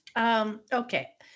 okay